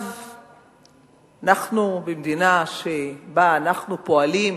אנחנו במדינה שבה אנחנו פועלים,